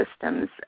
systems